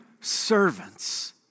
servants